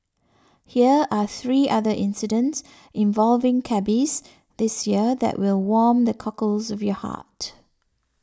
hear are three other incidents involving cabbies this year that will warm the cockles of your heart